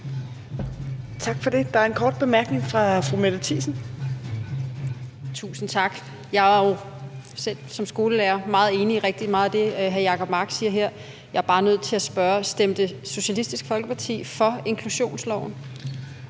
Tak for det. Der er en kort bemærkning fra fru Mette Thiesen. Kl. 15:11 Mette Thiesen (NB): Tusind tak. Jeg er jo som skolelærer enig i rigtig meget af det, som hr. Jacob Mark siger her. Jeg er bare nødt til at spørge: Stemte Socialistisk Folkeparti for inklusionsloven?